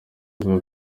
avuga